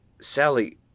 Sally